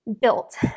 built